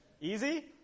Easy